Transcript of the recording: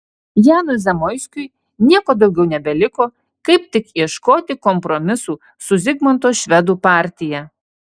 janui zamoiskiui nieko daugiau nebeliko kaip tik ieškoti kompromisų su zigmanto švedų partija